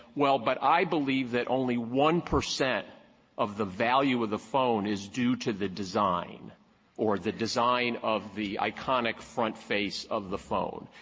well, but i believe that only one percent of the value of the phone is due to the design or the design of the iconic front face of the phone.